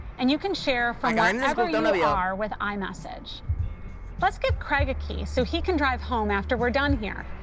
and you can share from wherever you are with ah imessage. let's give craig a key so he can drive home after we're done here.